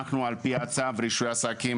על-פי צו רישוי עסקים,